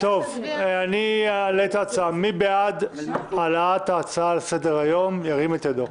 מי בעד העלאת ההצעה לסדר-היום, ירים את ידו?